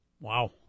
Wow